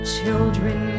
Children